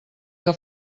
que